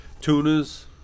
tunas